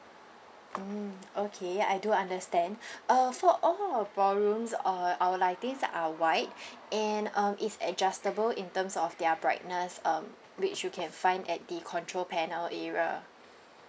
mm okay I do understand uh for all our ballrooms uh our lightings are white and uh is adjustable in terms of their brightness um which you can find at the control panel area